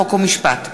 חוק ומשפט.